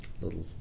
little